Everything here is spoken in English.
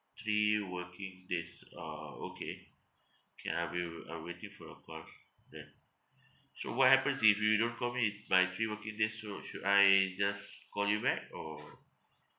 three working days orh okay K I'll be I'll waiting for your call yes so what happens if you don't call me by three working days so should I just call you back or